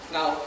Now